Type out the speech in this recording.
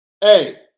hey